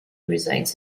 resides